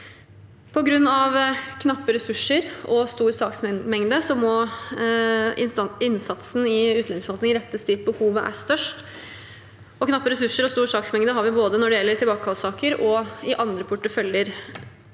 På grunn av knappe ressurser og stor saksmengde må innsatsen i utlendingsforvaltningen rettes dit hvor behovet er størst, og knappe ressurser og stor saksmengde har vi både når det gjelder tilbakekallssaker og i andre porteføljer.